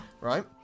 Right